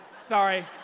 Sorry